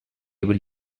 able